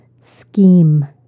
Scheme